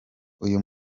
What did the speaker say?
uyu